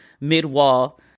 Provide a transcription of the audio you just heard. mid-wall